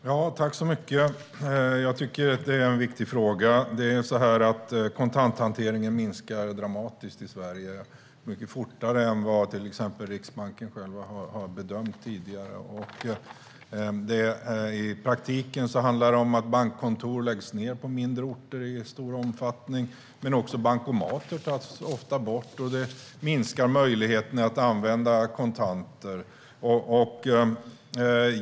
Fru talman! Jag tycker att detta är en viktig fråga. Kontanthanteringen minskar dramatiskt i Sverige, mycket fortare än vad till exempel Riksbanken har bedömt tidigare. I praktiken handlar det om att bankkontor läggs ned på mindre orter i stor omfattning, men också bankomater tas ofta bort. Detta minskar möjligheten att använda kontanter.